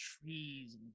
trees